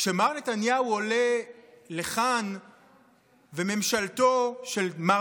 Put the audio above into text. כשמר נתניהו עולה לכאן וממשלתו של מר